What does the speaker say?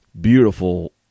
Beautiful